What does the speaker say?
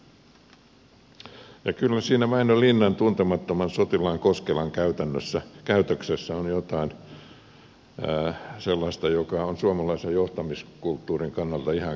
kyllä siinä väinö linnan tuntemattoman sotilaan koskelan käytöksessä on jotain sellaista joka on suomalaisen johtamiskulttuurin kannalta ihan keskeistä